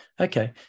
Okay